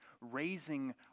raising